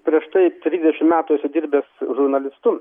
prieš tai trisdešimt metų esu dirbęs žurnalistu